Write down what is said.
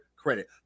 Credit